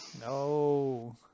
no